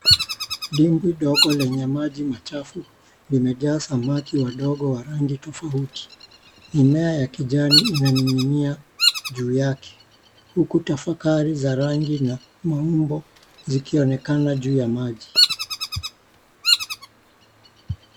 Dimbwi dogo lenye maji machafu limejaa samaki wadogo wa rangi tofauti. Mimea ya kijani inaninginia juu yake huku tafakari za rangi na maumbo zikionekana juu ya maji.